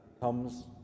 comes